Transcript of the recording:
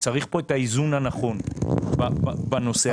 צריך פה את האיזון הנכון בנושא הזה.